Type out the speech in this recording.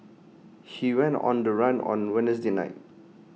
she went on the run on Wednesday night